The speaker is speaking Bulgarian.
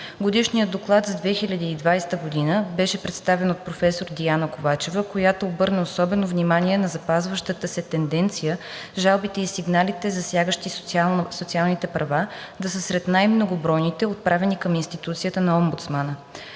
Годишният доклад за 2020 г. беше представен от професор Диана Ковачева, която обърна особено внимание на запазващата се тенденция жалбите и сигналите, засягащи социални права, да са сред най-многобройните, отправени към институцията на омбудсмана.